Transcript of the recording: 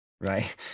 right